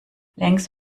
längs